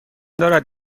دارد